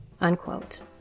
Unquote